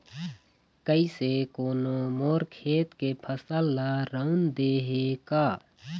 कइसे कोनो मोर खेत के फसल ल रंउद दे हे का?